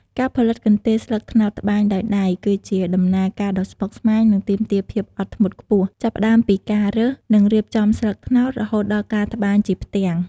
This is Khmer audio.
ការផលិតកន្ទេលស្លឹកត្នោតត្បាញដោយដៃ គឺជាដំណើរការដ៏ស្មុគស្មាញ និងទាមទារភាពអត់ធ្មត់ខ្ពស់ ចាប់ផ្ដើមពីការរើស និងរៀបចំស្លឹកត្នោត រហូតដល់ការត្បាញជាផ្ទាំង។